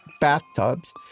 bathtubs